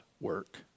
work